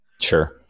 Sure